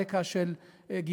על רקע של גזענות.